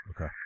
Okay